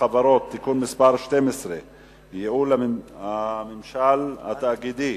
החברות (תיקון מס' 12) (ייעול הממשל התאגידי),